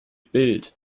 bild